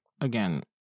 again